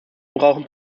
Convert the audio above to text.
brauchen